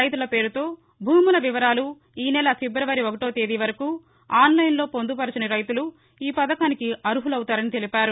రైతుల పేరుతో భూముల వివరాలు ఈ నెల ఫిబ్రవరి ఒకటో తేదీ వరకు ఆన్లైన్లో పొందుపరిచిన రైతులు ఈ పథకానికి అర్ములవుతారని తెలిపారు